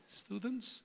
students